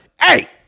Hey